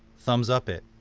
thumbs up it,